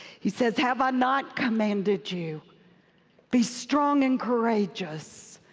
he says, have i not commanded you be strong and courageous?